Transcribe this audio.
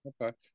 Okay